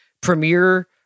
Premiere